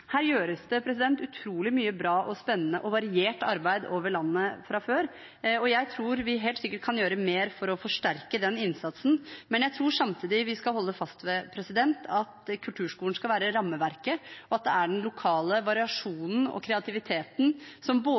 Her gjøres det utrolig mye bra, spennende og variert arbeid over hele landet fra før. Jeg tror vi helt sikkert kan gjøre mer for å forsterke den innsatsen, men jeg tror samtidig vi skal holde fast ved at kulturskolen skal være rammeverket, og at det er den lokale variasjonen og kreativiteten som